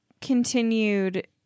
continued